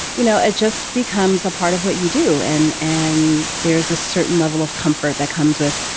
you know, it just becomes a part of what you do. and and there is a certain level of comfort that comes with,